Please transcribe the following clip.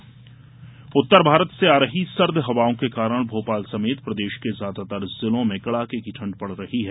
मौसम उत्तर भारत से आ रही सर्द हवाओं के कारण भोपाल समेत प्रदेश के ज्यादातर जिलों में कड़ाके की ठंड पड़ रही है